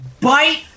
bite